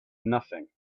nothing